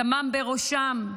דמם בראשם.